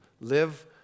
Live